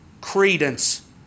credence